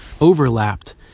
overlapped